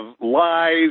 lies